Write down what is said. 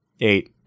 eight